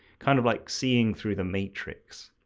kind of like seeing through the matrix.